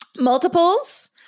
Multiples